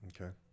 okay